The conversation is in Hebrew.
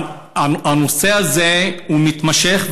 הנושא הזה מתמשך,